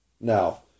Now